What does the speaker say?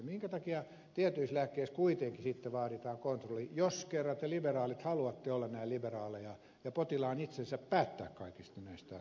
minkä takia tietyissä lääkkeissä kuitenkin sitten vaaditaan kontrolli jos kerran te liberaalit haluatte olla näin liberaaleja ja antaa potilaan itsensä päättää kaikista näistä asioista